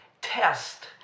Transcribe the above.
test